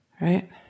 right